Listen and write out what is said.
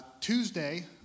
Tuesday